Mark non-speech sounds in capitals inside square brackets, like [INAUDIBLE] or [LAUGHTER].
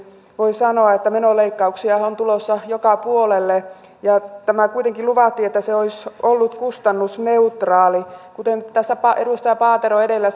voi sanoa että menoleikkauksia on tulossa joka puolelle ja kuitenkin luvattiin että se olisi ollut kustannusneutraali kuten tässä edustaja paatero edellä [UNINTELLIGIBLE]